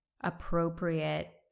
appropriate